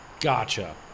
Gotcha